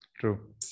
True